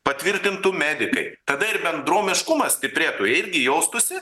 patvirtintų medikai tada ir bendruomiškumas stiprėtų irgi jaustųsi